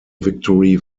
victory